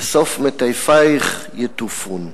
וסוף מטיפייך יטופון,